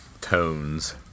tones